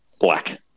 black